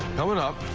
coming up,